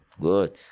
Good